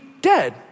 dead